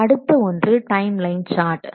அடுத்த ஒன்று time line chart